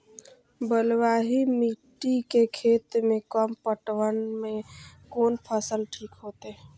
बलवाही मिट्टी के खेत में कम पटवन में कोन फसल ठीक होते?